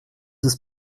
ist